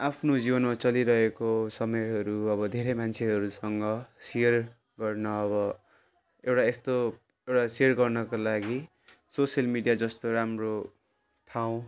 आफ्नो जीवनमा चलिरहेको समयहरू अब धेरै मान्छेहरूसँग सेयर गर्न अब एउटा यस्तो एउटा सेयर गर्नका लागि सोसियल मिडिया जस्तो राम्रो ठाउँ